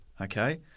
Okay